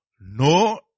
no